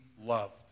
loved